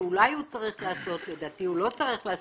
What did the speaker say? שאולי הוא צריך לעשות לדעתי הוא לא צריך לעשות,